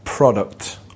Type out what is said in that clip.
Product